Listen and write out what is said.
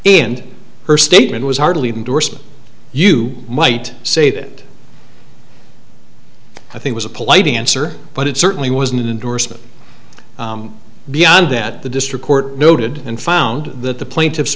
and her statement was hardly indorsement you might say that i think was a polite answer but it certainly wasn't an endorsement beyond that the district court noted and found that the plaintiff